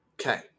Okay